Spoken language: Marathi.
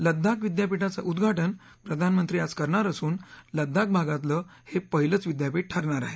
लद्दाख विद्यापिठाचं उदघाटन प्रधानमंत्री आज करणार असून लद्दाख भागातलं हे पहिलंच विद्यापीठ ठरणार आहे